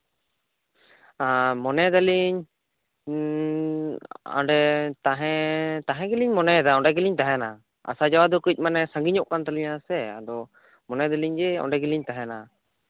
ᱢᱚᱱᱮᱭ ᱫᱟᱞᱤᱧ ᱟᱞᱮ ᱛᱟᱦᱮᱸ ᱜᱮᱞᱤᱧ ᱢᱚᱱᱮᱭᱫᱟ ᱚᱱᱰᱮ ᱜᱮᱞᱤᱧ ᱛᱟᱦᱮᱱᱟ ᱟᱥᱟ ᱡᱟᱣᱟ ᱫᱚ ᱠᱟᱹᱡ ᱢᱟᱱᱮ ᱥᱟᱺᱜᱤᱧᱚᱜ ᱠᱟᱱ ᱛᱟᱞᱤᱧᱟ ᱟᱫᱚ ᱢᱚᱱᱮ ᱫᱟᱞᱤᱧ ᱡᱮ ᱚᱱᱰᱮ ᱜᱮᱞᱤᱧ ᱛᱟᱦᱮᱱᱟ